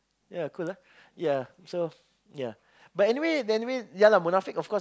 ya cool ah ya so ya but anyway anyway ya lah Munafik of course